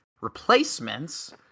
replacements